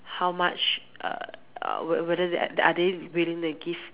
how much err whether they are they willing to give